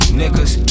niggas